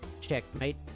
Checkmate